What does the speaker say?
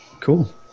Cool